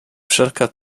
wszelka